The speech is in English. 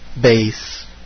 base